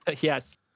Yes